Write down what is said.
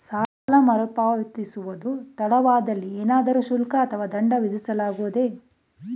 ಸಾಲ ಮರುಪಾವತಿಸುವುದು ತಡವಾದಲ್ಲಿ ಏನಾದರೂ ಶುಲ್ಕ ಅಥವಾ ದಂಡ ವಿಧಿಸಲಾಗುವುದೇ?